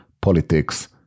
politics